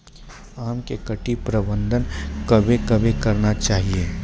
आम मे कीट प्रबंधन कबे कबे करना चाहिए?